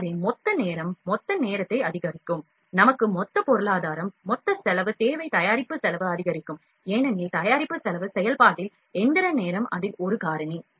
எனவே மொத்த நேரம் மொத்த நேரத்தை அதிகரிக்கும் நமக்கு மொத்த பொருளாதாரம் மொத்த செலவு தேவை தயாரிப்பு செலவு அதிகரிக்கும் ஏனெனில் தயாரிப்பு செலவு செயல்பாட்டில் எந்திர நேரம் அதில் ஒரு காரணி